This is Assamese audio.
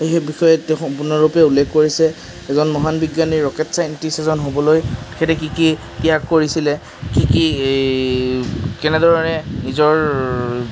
সেই বিষয়ে তেওঁ সম্পূৰ্ণৰূপে উল্লেখ কৰিছে এজন মহান বিজ্ঞানী ৰকেট চাইণ্টিষ্ট এজন হ'বলৈ তেখেতে কি কি ত্যাগ কৰিছিলে কি কি কেনেধৰণেৰে নিজৰ